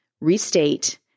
restate